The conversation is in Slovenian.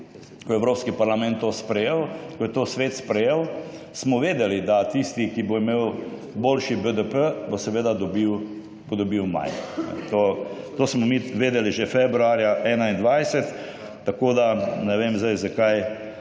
Ko je Evropski parlament to sprejel, ko je to Svet sprejel, smo vedeli, da tisti, ki bo imel boljši BDP, bo dobil manj. To smo mi vedeli že februarja 2021. Tako ne vem, zakaj